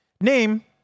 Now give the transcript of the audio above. Name